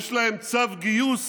יש להם צו גיוס